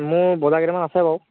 মোৰ বজাৰ কেইটামান আছে বাৰু